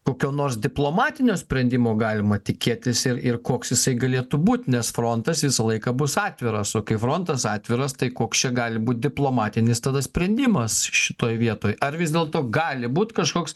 kokio nors diplomatinio sprendimo galima tikėtis ir ir koks jisai galėtų būt nes frontas visą laiką bus atviras o kai frontas atviras tai koks čia gali būti diplomatinis tada sprendimas šitoj vietoj ar vis dėlto gali būt kažkoks